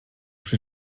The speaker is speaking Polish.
przy